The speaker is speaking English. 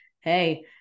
Hey